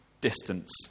distance